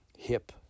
hip